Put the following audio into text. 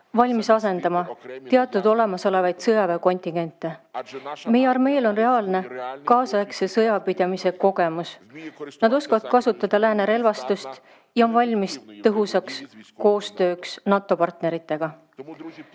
valmis asendama teatud olemasolevaid sõjaväekontingente. Meie armeel on reaalne härra kaasaegse sõjapidamise kogemus. Nad oskavad kasutada lääne relvastust ja on valmis tõhusaks koostööks NATO partneritega.